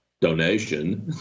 donation